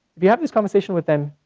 we have this conversation with them,